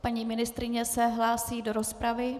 Paní ministryně se hlásí do rozpravy.